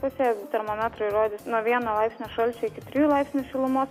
pusė termometrai rodys nuo vieno laipsnio šalčio iki trijų laipsnių šilumos